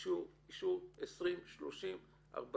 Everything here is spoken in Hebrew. אישור 40 שנה.